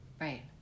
Right